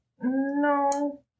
No